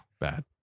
Bad